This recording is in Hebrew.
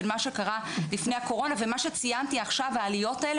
בין מה שקרה לפני הקורונה ומה שציינתי עכשיו העליות האלה,